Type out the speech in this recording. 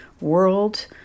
world